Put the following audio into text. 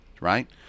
right